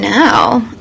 now